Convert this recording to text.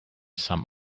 some